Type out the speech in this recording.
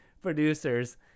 producers